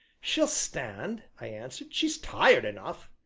she'll stand, i answered she's tired enough.